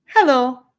Hello